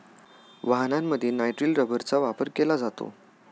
वाहनांमध्ये नायट्रिल रबरचा वापर केला जातो